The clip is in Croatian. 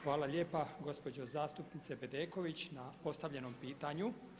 Hvala lijepa gospođo zastupnice Bedeković na postavljenom pitanju.